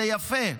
זה יפה.